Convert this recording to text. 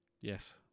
yes